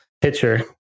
pitcher